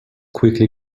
quickly